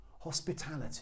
hospitality